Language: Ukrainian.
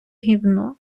гівно